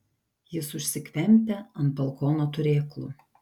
jis užsikvempia ant balkono turėklų